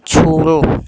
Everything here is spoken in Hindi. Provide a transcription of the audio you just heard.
छोड़ो